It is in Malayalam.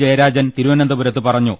ജയരാജൻ തിരുവനന്ത പുരത്ത് പറഞ്ഞു